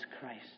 Christ